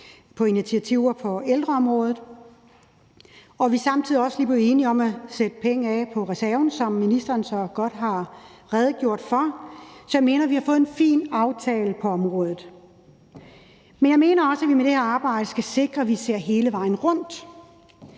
til initiativer på ældreområdet. Og vi er også lige blevet enige om at sætte penge af fra reserven, som ministeren så godt har redegjort for. Så jeg mener, vi har fået en fin aftale på området. Men jeg mener også, at vi med det her arbejde skal sikre, at vi ser hele vejen rundt.